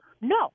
No